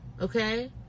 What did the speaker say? okay